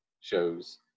shows